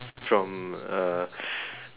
from uh